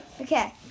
Okay